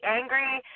angry